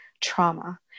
trauma